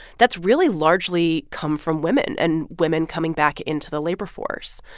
that's really largely come from women and women coming back into the labor force.